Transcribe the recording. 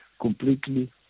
completely